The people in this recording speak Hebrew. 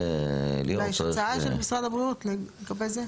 אולי יש הצעה של משרד הבריאות לגבי זה?